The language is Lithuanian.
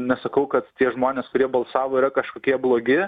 nesakau kad tie žmonės kurie balsavo yra kažkokie blogi